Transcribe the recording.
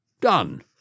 Done